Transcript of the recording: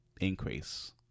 increase